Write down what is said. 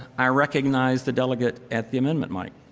i recognize the delegate at the amendment mic.